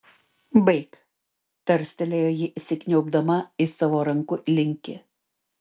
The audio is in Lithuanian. baik tarstelėjo ji įsikniaubdama į savo rankų linkį